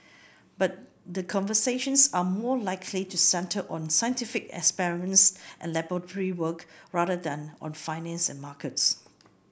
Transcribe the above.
but the conversations are more likely to centre on scientific experiments and laboratory work rather than on finance and markets